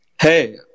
Hey